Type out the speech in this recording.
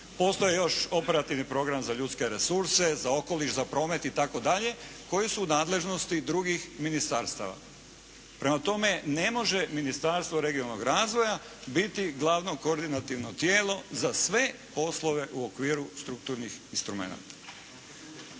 Postoji još operativni program za ljudske resurse, za okoliš, za promet itd. koji su u nadležnosti drugih ministarstava. Prema tome ne može Ministarstvo regionalnog razvoja biti glavno koordinativno tijelo za sve poslove u okviru strukturnih instrumenata.